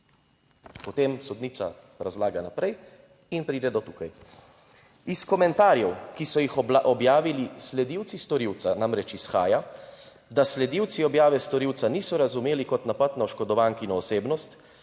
Potem sodnica razlaga naprej in pride do tukaj: "Iz komentarjev, ki so jih objavili sledilci storilca, namreč izhaja, da sledilci objave storilca niso razumeli kot napad na oškodovankino osebnost,